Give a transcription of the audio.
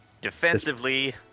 defensively